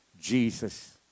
Jesus